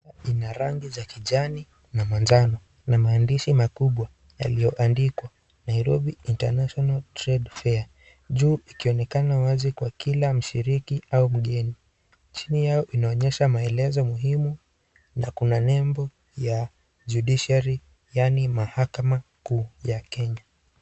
Ina rangi za kijani na manjano na maandishi makubwa yaliyoandikwa Nairobi Internatinal Trade Fare juu ikionekana wazi kwa kila mshiriki au mgeni chini yao inaonyesha maelezo muhimu na kuna nembo ya Judiciary yaani mahakama kuu ya Kenya.